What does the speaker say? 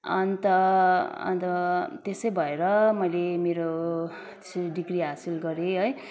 अन्त अन्त त्यसै भएर मैले मेरो यसरी डिग्री हासिल गरेँ है